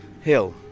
Hill